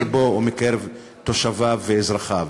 מקרבו ומקרב תושביו ואזרחיו.